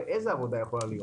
ואיזו עבודה יכולה להיות.